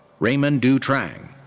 raymond du trang.